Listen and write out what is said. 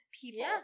people